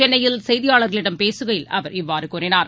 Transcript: சென்னையில் செய்தியாளர்களிடம் பேசுகையில் அவர் இவ்வாறுகூறினார்